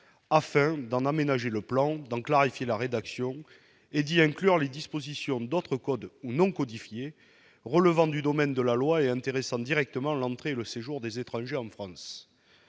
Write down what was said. afin « d'en aménager le plan, d'en clarifier la rédaction et d'y inclure les dispositions d'autres codes ou non codifiées relevant du domaine de la loi et intéressant directement l'entrée et le séjour des étrangers en France